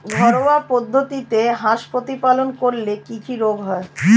ঘরোয়া পদ্ধতিতে হাঁস প্রতিপালন করলে কি কি রোগ হয়?